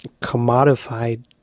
commodified